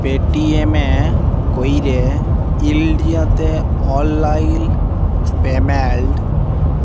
Paytm এ ক্যইরে ইলডিয়াতে অললাইল পেমেল্ট